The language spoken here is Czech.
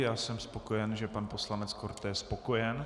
Já jsem spokojen, že pan poslanec Korte je spokojen.